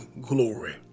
glory